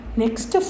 next